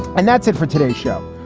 and that's it for today's show.